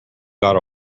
got